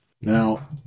Now